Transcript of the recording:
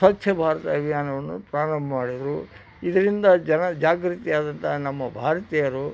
ಸ್ವಚ್ಛ ಭಾರತ ಅಭಿಯಾನವನ್ನು ಪ್ರಾರಂಭ ಮಾಡಿದರು ಇದರಿಂದ ಜನಜಾಗೃತಿಯಾದಂಥ ನಮ್ಮ ಭಾರತೀಯರು